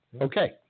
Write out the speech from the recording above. Okay